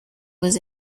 was